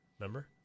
Remember